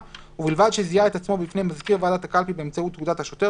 ובלבד שזיהה את עצמו בפני מזכיר ועדת הקלפי באמצעות תעודת השוטר